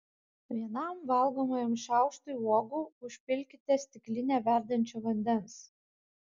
vienam valgomajam šaukštui uogų užpilkite stiklinę verdančio vandens